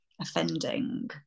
offending